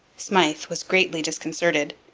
smyth was greatly disconcerted.